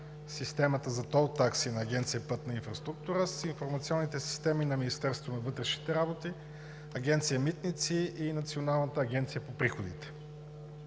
системата за тол такси на Агенция „Пътна инфраструктура“ с информационните системи на Министерството на вътрешните работи, Агенция „Митници“ и Националната агенция за приходите.